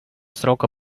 срока